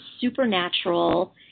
supernatural